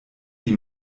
die